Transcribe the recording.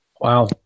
Wow